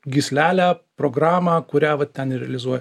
gyslelę programą kurią vat ten ir realizuoja